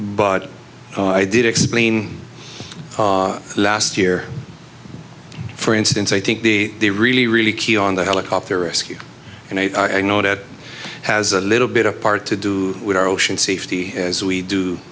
but i did explain last year for instance i think the the really really key on the helicopter rescue and i know that has a little bit of part to do with our ocean safety as we